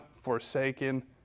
forsaken